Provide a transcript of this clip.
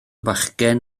bachgen